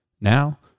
Now